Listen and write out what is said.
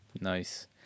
Nice